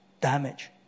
damage